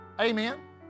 Amen